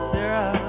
Sarah